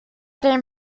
den